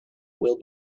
will